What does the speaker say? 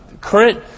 current